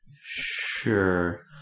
Sure